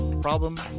problem